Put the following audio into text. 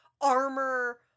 armor